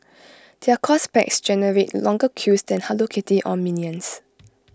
their course packs generate longer queues than hello kitty or minions